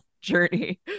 journey